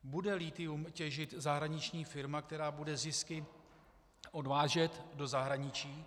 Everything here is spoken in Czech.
Bude lithium těžit zahraniční firma, která bude zisky odvážet do zahraničí?